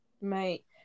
mate